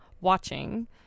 watching